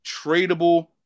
tradable